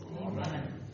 Amen